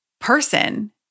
person